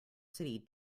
city